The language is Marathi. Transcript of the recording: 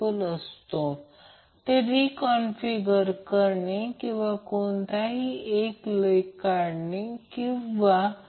म्हणून जेव्हाही आपण Vab घेतो तेव्हा a ला पॉझिटिव्ह म्हणतो b ला निगेटिव्ह म्हणतो